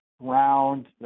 round